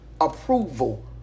approval